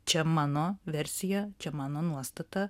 čia mano versija čia mano nuostata